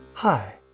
Hi